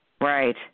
Right